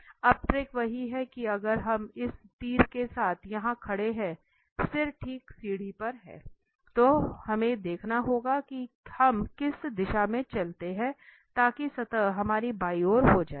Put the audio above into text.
और ट्रिक वही है कि अगर हम इस तीर के साथ यहां खड़े हैं सिर ठीक सीढ़ी पर है तो हमें देखना होगा कि हम किस दिशा में चलते हैं ताकि सतह हमारे बाई ओर हो जाए